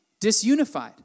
disunified